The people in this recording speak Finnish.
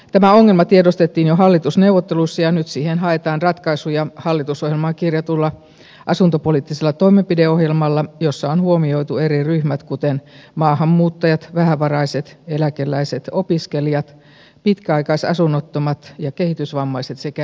tämä ongelma tiedostettiin jo hallitusneuvotteluissa ja nyt siihen haetaan ratkaisuja hallitusohjelmaan kirjatulla asuntopoliittisella toimenpideohjelmalla jossa on huomioitu eri ryhmät kuten maahanmuuttajat vähävaraiset eläkeläiset opiskelijat pitkäaikaisasunnottomat ja kehitysvammaiset sekä ikäihmiset